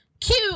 Cute